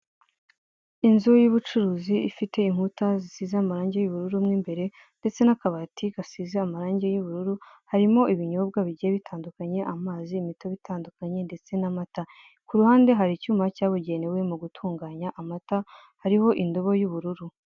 Inzu y'ubucuruzi ifite inkuta zisize amarangi y'ubururu mo imbere, ndetse n'akabati gasize irangi ry'ubururu, harimo ibinyobwa bigiye bitandukanye; amazi, imitobe itandukante, ndetse n'amata. Ku ruhande hari icyuma cyabugenewe mu gutunganya amata, hariho indobo y'ubururu.